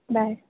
bye